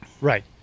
Right